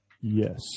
Yes